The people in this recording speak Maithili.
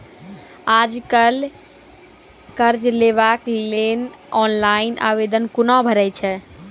आज कल कर्ज लेवाक लेल ऑनलाइन आवेदन कूना भरै छै?